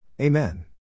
Amen